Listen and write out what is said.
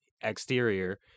exterior